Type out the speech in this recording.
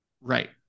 Right